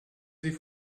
sie